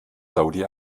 saudi